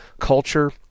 culture